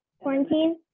quarantine